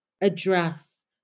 address